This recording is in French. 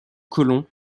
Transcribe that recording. colons